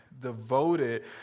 devoted